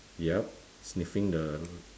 yup sniffing the